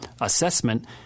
assessment